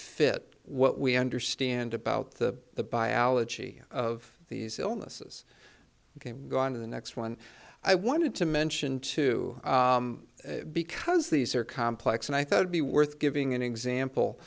fit what we understand about the the biology of these illnesses go on to the next one i wanted to mention too because these are complex and i thought would be worth giving an example